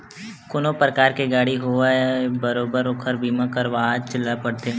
कोनो परकार के गाड़ी होवय बरोबर ओखर बीमा करवायच ल परथे